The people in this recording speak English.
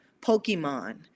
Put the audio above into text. Pokemon